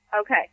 okay